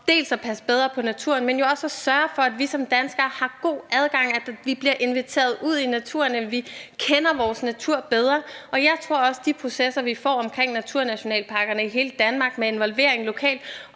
både at passe bedre på naturen, men også at sørge for, at vi som danskere har god adgang til naturen, at vi bliver inviteret ud i naturen og kender vores natur bedre. Jeg tror også, at de processer, vi får omkring naturnationalparkerne i hele Danmark med lokal involvering,